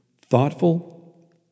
thoughtful